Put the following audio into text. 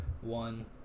one